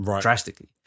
drastically